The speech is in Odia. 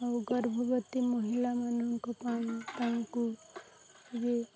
ଆଉ ଗର୍ଭବତୀ ମହିଳାମାନଙ୍କ ପାଇଁ ତାଙ୍କୁ ଯିଏ